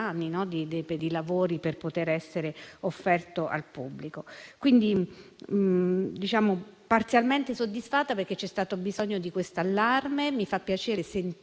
anni di lavori per poter essere aperto al pubblico. Mi dichiaro quindi parzialmente soddisfatta perché c'è stato bisogno di questo allarme. Mi fa piacere sentire